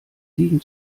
liegen